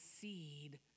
seed